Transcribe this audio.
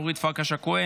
אורית פרקש הכהן,